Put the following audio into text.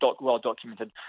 well-documented